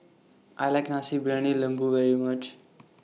I like Nasi Briyani Lembu very much